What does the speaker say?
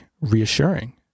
reassuring